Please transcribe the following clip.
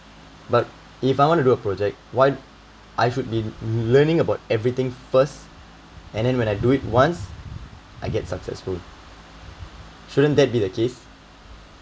but if I want to do a project why I should been learning about everything first and then when I do it once I get successful shouldn't that be the case